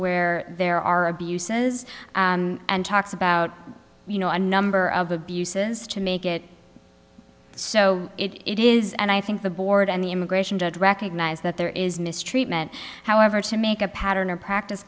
where there are abuses and talks about you know a number of abuses to make it so it is and i think the board and the immigration judge recognize that there is nice treatment however to make a pattern or practice